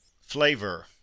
flavor